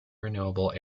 renewable